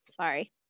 Sorry